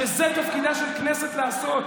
וזה תפקידה של כנסת לעשות,